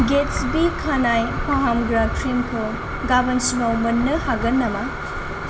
गेत्सबि खानाय फाहामग्रा क्रिमखौ गामोनसिमाव मोन्नो हागोन नामा